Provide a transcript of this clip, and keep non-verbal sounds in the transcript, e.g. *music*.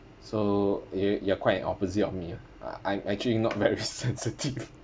so you you are quite an opposite of me ah I I'm actually not very *laughs* sensitive *laughs*